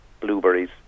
blueberries